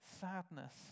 sadness